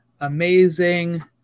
amazing